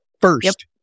first